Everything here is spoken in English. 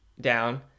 down